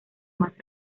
más